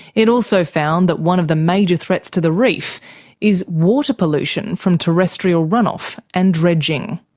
it also found that one of the major threats to the reef is water pollution from terrestrial run-off and dredging.